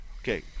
Okay